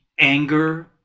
Anger